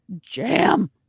jam